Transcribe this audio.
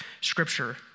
Scripture